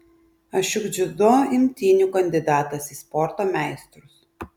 aš juk dziudo imtynių kandidatas į sporto meistrus